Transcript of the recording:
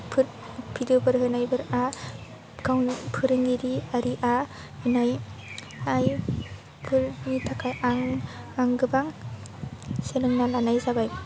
फोर भिडिअफोर होनायफोरा गावनि फोरोंगिरि आरिआ होनायफोरनि थाखाय आं गोबां सोलोंना लानाय जाबाय